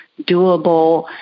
doable